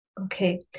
okay